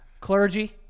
Clergy